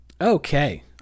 Okay